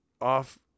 off